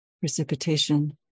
Precipitation